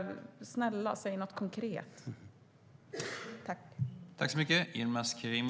Snälla, säg något konkret!